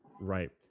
Right